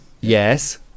Yes